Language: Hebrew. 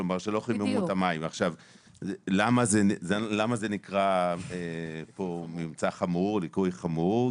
למה זה נקרא ליקוי חמור,